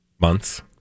Months